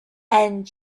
and